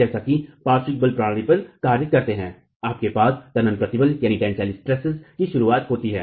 जैसा कि पार्श्व बल प्रणाली पर कार्य करते हैं आपके पास तनन प्रतिबल की शुरुआत होती है